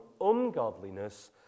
ungodliness